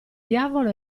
diavolo